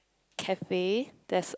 cafe there's